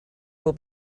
will